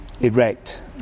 erect